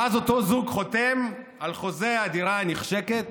ואז אותו זוג חותם על חוזה הדירה הנחשקת,